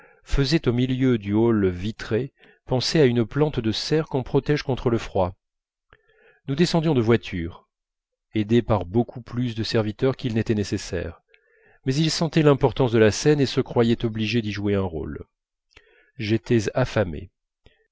faisaient au milieu du hall vitré penser à une plante de serre qu'on protège contre le froid nous descendions de voiture aidés par beaucoup plus de serviteurs qu'il n'était nécessaire mais ils sentaient l'importance de la scène et se croyaient obligés d'y jouer un rôle j'étais affamé